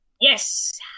Yes